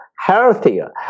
healthier